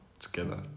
Together